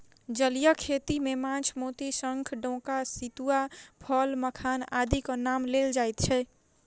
जलीय खेती मे माछ, मोती, शंख, डोका, सितुआ, फूल, मखान आदिक नाम लेल जाइत छै